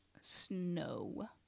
Snow